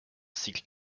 cycles